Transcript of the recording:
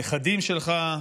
הנכדים שלך,